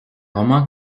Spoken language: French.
roman